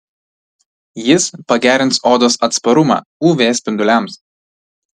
jis pagerins odos atsparumą uv spinduliams